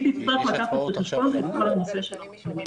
היא תצטרך לקחת בחשבון את כל נושא המחלימים.